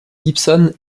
gibson